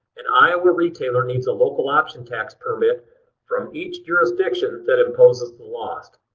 an iowa retailer needs a local option tax permit from each jurisdiction that imposes the lost.